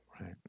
Right